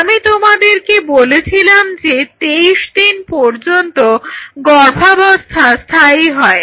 আমি তোমাদেরকে বলেছিলাম যে 23 দিন পর্যন্ত গর্ভাবস্থা স্থায়ী হয়